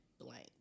Blank